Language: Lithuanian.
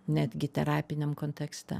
netgi terapiniam kontekste